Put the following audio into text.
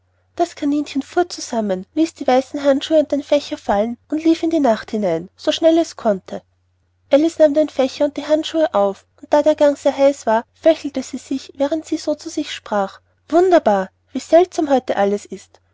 das kaninchen fuhr zusammen ließ die weißen handschuhe und den fächer fallen und lief davon in die nacht hinein so schnell es konnte alice nahm den fächer und die handschuhe auf und da der gang sehr heiß war fächelte sie sich während sie so zu sich selbst sprach wunderbar wie seltsam heute alles ist